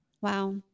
Wow